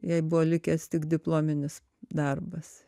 jai buvo likęs tik diplominis darbas